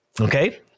okay